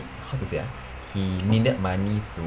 how to say ah he needed money to